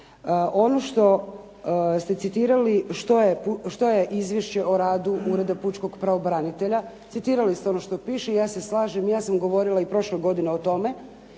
Ono što ste citirali što je izvješće o radu Ureda pučkog pravobranitelja, citirali ste ono što piše. I ja se slažem. I ja sam govorila i prošle godine o tome.